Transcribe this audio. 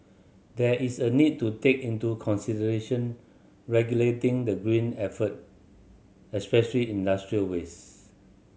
there is a need to take into consideration regulating the green effort especially industrial waste